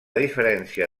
diferència